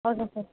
okay sir